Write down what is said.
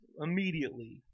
immediately